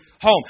home